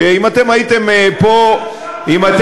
שאם אתם פה הייתם,